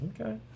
Okay